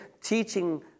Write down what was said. teaching